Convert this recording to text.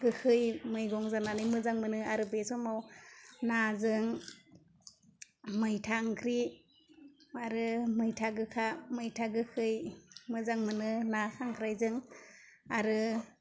गोखै मैगं जानानै मोजां मोनो आरो बे समाव नाजों मैथा ओंख्रि आरो मैथा गोखा मैथा गोखै मोजां मोनो ना खांख्रायजों आरो